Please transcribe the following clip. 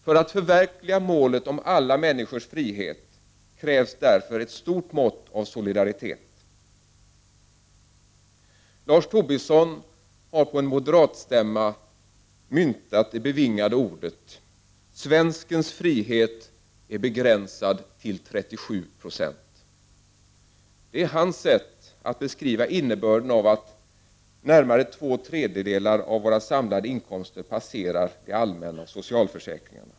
För att förverkliga målet om alla människors frihet krävs därför ett stort mått av solidaritet. Lars Tobisson har på en moderatstämma myntat det bevingade ordet: ”Svenskens frihet är begränsad till 37 procent.” Det är hans sätt att beskriva innebörden av att närmare två tredjedelar av våra samlade inkomster passerar det allmänna och socialförsäkringen.